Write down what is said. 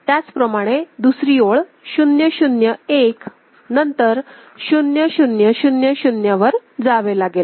त्याचप्रमाणे दुसरी ओळ 0 0 1 नंतर 0 0 0 0 वर जावे लागेल